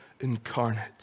incarnate